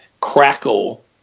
crackle